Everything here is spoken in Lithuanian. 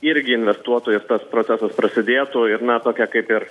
irgi investuotų ir tas procesas prasidėtų ir na tokia kaip ir